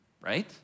right